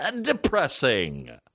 depressing